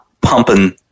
pumping